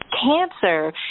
cancer